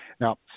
now